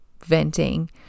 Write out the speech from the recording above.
venting